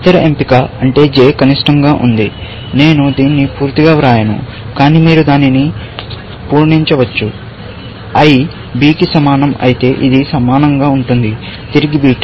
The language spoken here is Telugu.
ఇతర ఎంపిక అంటే j కనిష్టం గా ఉంది నేను దీన్ని పూర్తిగా వ్రాయను కానీ మీరు దానిని పూరించవచ్చు b కి సమానం అయితే ఇది సమానంగా ఉంటుంది తిరిగి బీటా